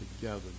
together